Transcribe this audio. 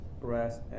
breast